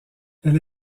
elle